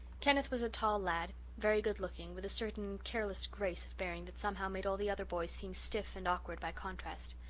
kenneth was a tall lad, very good looking, with a certain careless grace of bearing that somehow made all the other boys seem stiff and awkward by contrast.